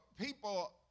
people